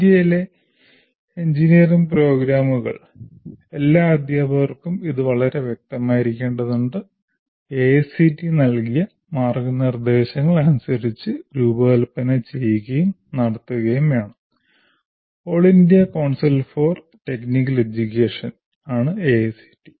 ഇന്ത്യയിലെ എഞ്ചിനീയറിംഗ് പ്രോഗ്രാമുകൾ എല്ലാ അധ്യാപകർക്കും ഇത് വളരെ വ്യക്തമായിരിക്കേണ്ടതുണ്ട് AICTE നൽകിയ മാർഗ്ഗനിർദ്ദേശങ്ങൾ അനുസരിച്ച് രൂപകൽപ്പന ചെയ്യുകയും നടത്തുകയും വേണം all India council for technical എഡ്യൂക്കേഷനാണ് AICTE